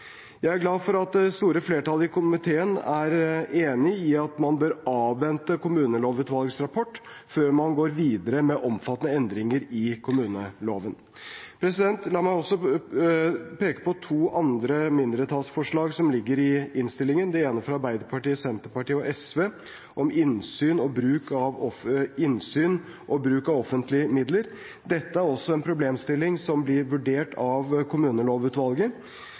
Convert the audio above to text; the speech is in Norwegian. Jeg er glad for at det store flertallet i komiteen er enig i at man bør avvente kommunelovutvalgets rapport før man går videre med omfattende endringer i kommuneloven. La meg også peke på to andre mindretallsforslag som ligger i innstillingen, det ene fra Arbeiderpartiet, Senterpartiet og SV om innsyn og bruk av offentlige midler. Dette er også en problemstilling som blir vurdert av kommunelovutvalget,